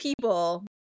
people